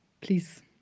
Please